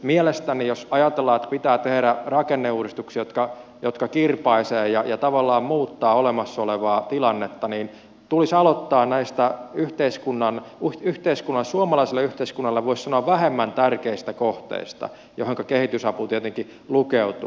mielestäni jos ajatellaan että pitää tehdä rakenneuudistuksia jotka kirpaisevat ja tavallaan muuttavat olemassa olevaa tilannetta tulisi aloittaa näistä suomalaiselle yhteiskunnalle voisi sanoa vähemmän tärkeistä kohteista joihinka kehitysapu tietenkin lukeutuu